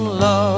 love